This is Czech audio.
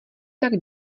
tak